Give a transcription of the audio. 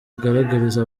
agaragariza